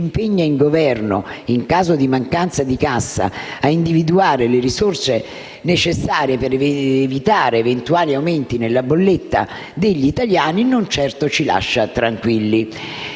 impegna il Governo, in caso di mancanza di cassa, a individuare le risorse necessarie per evitare eventuali aumenti nella bolletta degli italiani, non ci lascia certo tranquilli.